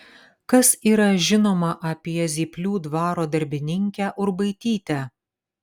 kas yra žinoma apie zyplių dvaro darbininkę urbaitytę